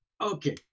okay